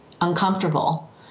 uncomfortable